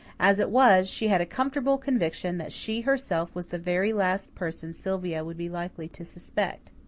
as it was, she had a comfortable conviction that she herself was the very last person sylvia would be likely to suspect.